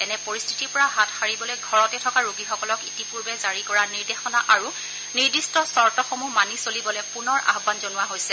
এনে পৰিস্থিতিৰ পৰা হাত সাৰিবলৈ ঘৰতে থকা ৰোগীসকলক ইতিপূৰ্বে জাৰি কৰা নিৰ্দেশনা আৰু নিৰ্দিষ্ট চৰ্তসমূহ মানি চলিবলৈ পুনৰ আহান জনোৱা হৈছে